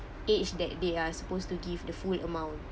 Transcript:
age that they are supposed to give the full amount